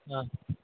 ஆ